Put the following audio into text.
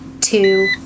two